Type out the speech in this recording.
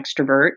extrovert